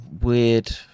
weird